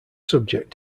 subject